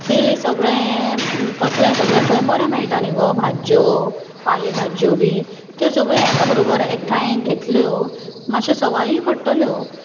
बी सगळें तसलें सगळें थंय बरें मेळटा न्ही गो भाजयो पाले भाज्यो बी त्यो सगळ्यो एका बरोबर एकठांय घेतल्यो मातशे सवायूय पडटल्यो